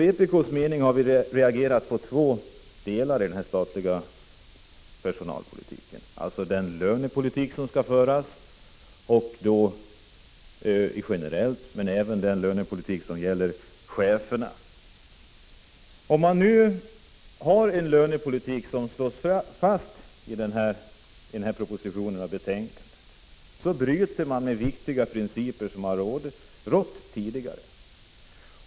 Vpk har reagerat på två delar av den statliga personalpolitiken. Det är den lönepolitik som skall föras generellt, men även den lönepolitik som gäller cheferna. Om den lönepolitik som redovisas i propositionen och betänkandet nu slås fast, bryter man viktiga principer som rått tidigare.